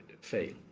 fail